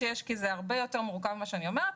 כי זה הרבה יותר מורכב ממה שאני אומרת,